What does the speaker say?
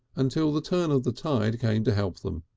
until the turn of the tide came to help them,